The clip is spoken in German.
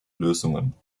lösungen